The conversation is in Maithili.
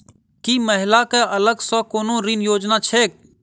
की महिला कऽ अलग सँ कोनो ऋण योजना छैक?